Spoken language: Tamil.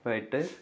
போயிட்டு